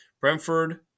Brentford